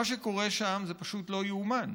מה שקורה שם זה פשוט לא יאומן.